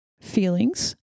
feelings